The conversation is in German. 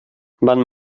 man